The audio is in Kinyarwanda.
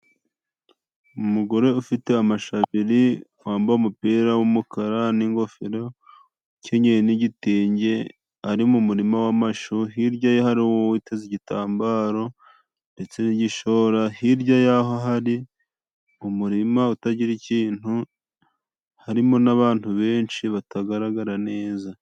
Umugore ufite amashu abiri, wambaye umupira w'umukara n'ingofero, ukenyeye n'igitenge ari mu murima w'amashu. Hirya ye hari uwiteze igitambaro ndetse n'igishora. Hirya y'aho hari umurima utagira ikintu, harimo n'abantu benshi batagaragara neza.